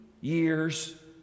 years